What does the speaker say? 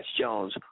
Jones